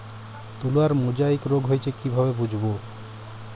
তুলার মোজাইক রোগ হয়েছে কিভাবে বুঝবো?